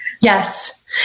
Yes